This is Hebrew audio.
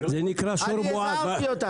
אני הזהרתי אותם.